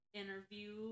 interview